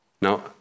Now